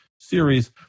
series